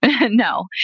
No